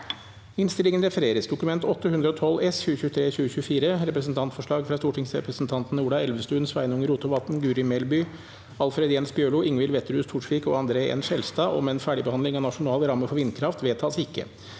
følgende v e d t a k : Dokument 8:112 S (2023–2024) – Representantforslag fra stortingsrepresentantene Ola Elvestuen, Sveinung Rotevatn, Guri Melby, Alfred Jens Bjørlo, Ingvild Wetrhus Thorsvik og André N. Skjelstad om en ferdigbehandling av Nasjonal ramme for vindkraft – vedtas ikke.